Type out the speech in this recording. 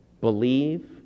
believe